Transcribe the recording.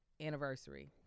anniversary